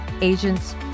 agents